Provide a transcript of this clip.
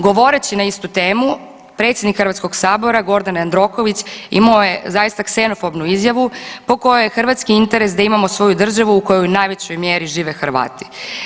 Govoreći na istu temu predsjednik Hrvatskog sabora Gordan Jandroković imao je zaista ksenofobnu izjavu po kojoj je hrvatski interes da imamo svoju državu u kojoj u najvećoj mjeri žive Hrvati.